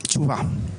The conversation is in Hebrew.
תשובה.